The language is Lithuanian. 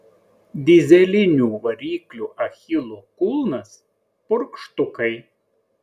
dyzelinių variklių achilo kulnas purkštukai